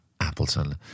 Appleton